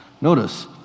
Notice